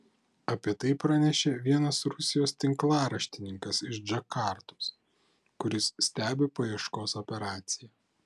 apie tai pranešė vienas rusijos tinklaraštininkas iš džakartos kuris stebi paieškos operaciją